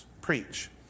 preach